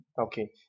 Okay